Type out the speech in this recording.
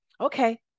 okay